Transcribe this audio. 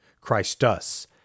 Christus